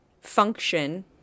function